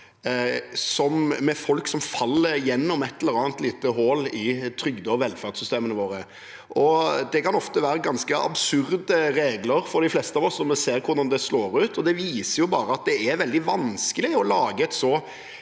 – folk som faller gjennom et eller annet lite hull i trygde- og velferdssystemene våre. Det kan ofte være ganske absurde regler for de fleste av oss, når vi ser hvordan det slår ut, og det viser at det er veldig vanskelig å lage et så